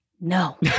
no